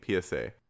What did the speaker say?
psa